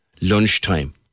lunchtime